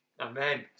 Amen